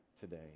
today